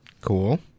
Cool